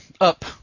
up